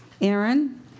Aaron